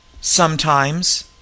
Sometimes